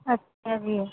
اچھا جی